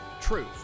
truth